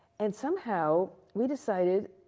and somehow we decided,